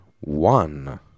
one